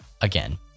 again